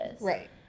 Right